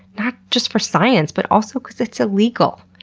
not just for science but also because it's illegal,